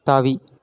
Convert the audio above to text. தாவி